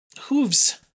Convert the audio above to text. Hooves